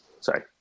Sorry